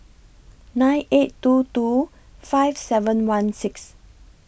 nine eight two two five seven one six